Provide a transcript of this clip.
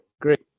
great